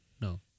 No